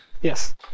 Yes